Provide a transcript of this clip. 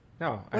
No